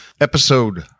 episode